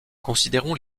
considérons